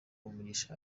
umugisha